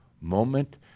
moment